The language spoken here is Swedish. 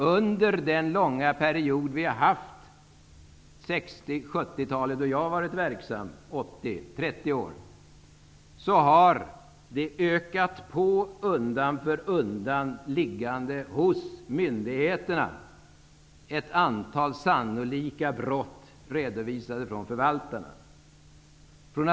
Under de 30 år som jag har varit verksam -- 60-, 70 och 80-talet -- har undan för undan antalet sannolika brott som ligger hos myndigheterna och som har redovisats av förvaltarna ökat.